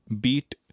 beat